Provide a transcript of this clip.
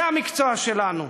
זה המקצוע שלנו.